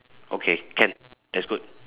okay can that's good